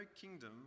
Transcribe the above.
kingdom